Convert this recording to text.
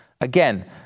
again